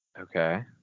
Okay